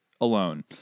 Alone